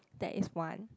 that is one